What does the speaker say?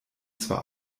zwar